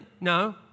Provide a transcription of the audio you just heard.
no